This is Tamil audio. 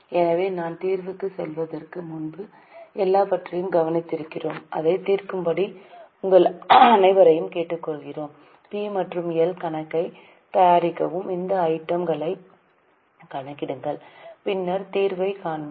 எனவே நான் தீர்வுக்குச் செல்வதற்கு முன்பு எல்லாவற்றையும் கவனித்திருக்கிறோம் அதைத் தீர்க்கும்படி உங்கள் அனைவரையும் கேட்டுக்கொள்கிறேன் பி மற்றும் எல் கணக்கைத் தயாரிக்கவும் இந்த ஐட்டம் களைக் கணக்கிடுங்கள் பின்னர் தீர்வைக் காண்போம்